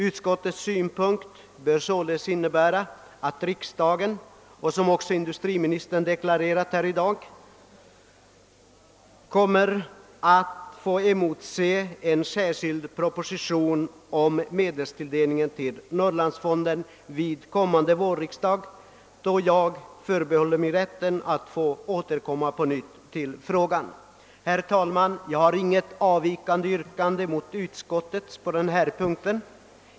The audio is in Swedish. Utskottets ställningstagande bör således innebära — industriministern har deklarerat någonting liknande här i dag — att riksdagen kan emotse en särskild proposition om medelstilldelning till Norrlandsfonden vid kommande vårriksdag, och jag förbehåller mig rätten att då återkomma till frågan. Herr talman! Jag har inget yrkande som avviker från utskottets på denna punkt.